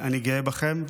אני גאה בכם,